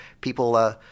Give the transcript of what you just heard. people